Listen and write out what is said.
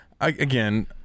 Again